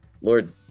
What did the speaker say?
lord